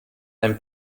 ein